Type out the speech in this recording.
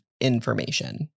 information